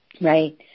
right